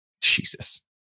Jesus